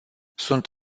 sunt